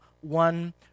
one